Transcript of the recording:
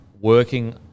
working